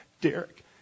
Derek